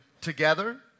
together